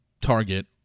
target